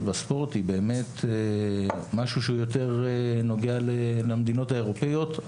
בספורט היא באמת משהו שיותר נוגע למדינות האירופאיות.